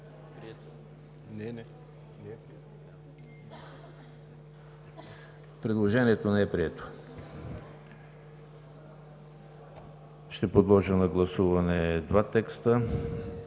Предложението не е прието. Ще подложа на гласуване редакцията,